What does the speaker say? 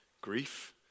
Grief